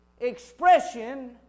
expression